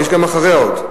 יש גם אחריה, עוד.